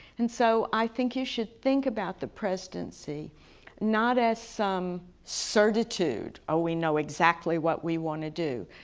and so i think you should think about the presidency not as some certitude, oh we know exactly what we want to do,